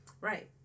Right